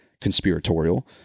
conspiratorial